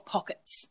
Pockets